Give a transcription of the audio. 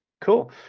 Cool